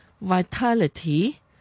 vitality